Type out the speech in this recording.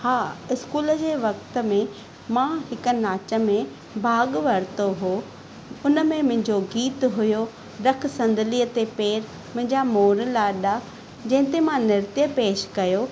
हा स्कूल जे वक़्ति में मां हिक नाच में भाॻु वरितो हो उन में मुंहिंजो गीत हुयो रखु संदुलीअ ते पेर मंहिंजा मोर लाॾा जंहिंते मां नृत्य पेश कयो